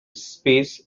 space